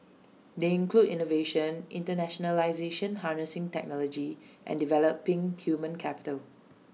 they include innovation internationalisation harnessing technology and developing human capital